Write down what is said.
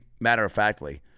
matter-of-factly